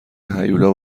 هیولا